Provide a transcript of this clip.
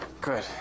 Good